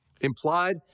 Implied